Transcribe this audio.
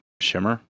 shimmer